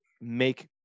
make